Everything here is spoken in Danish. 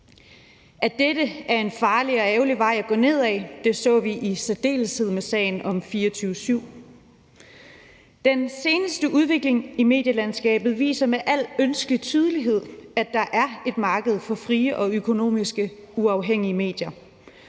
At dette er en farlig og ærgerlig vej at gå ned ad, så vi i særdeleshed i sagen om 24syv. Den seneste udvikling i medielandskabet viser med al ønskelig tydelighed, at der er et marked for frie og økonomisk uafhængige medier.